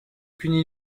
punit